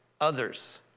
others